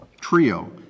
trio